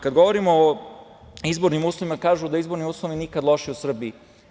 Kada govorimo o izbornim uslovima, kažu da su izborni uslovi nikada lošiji u Srbiji.